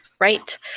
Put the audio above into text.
right